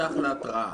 זה אחלה התראה.